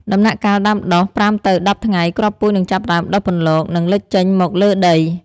ដំណាក់កាលដំដុះ ៥ទៅ១០ ថ្ងៃ គ្រាប់ពូជនឹងចាប់ផ្តើមដុះពន្លក និងលេចចេញមកលើដី។